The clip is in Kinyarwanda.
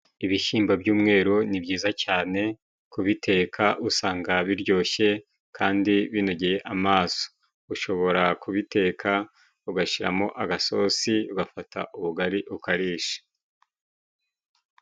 Ibishimbo by'umweru ni byiza cyane kubiteka usanga biryoshye kandi binogeye amaso, ushobora kubiteka ugashyiramo agasosi ugafata ubugari ukarisha.